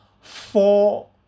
four